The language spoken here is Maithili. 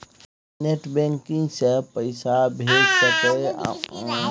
नेट बैंकिंग से पैसा भेज सके सामत होते सर?